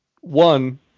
One